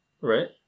right